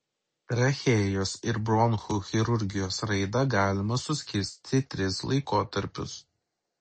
trachėjos ir bronchų chirurgijos raidą galima suskirstyti į tris laikotarpius